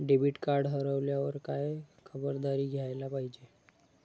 Debit card हरवल्यावर काय खबरदारी घ्यायला पाहिजे?